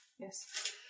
Yes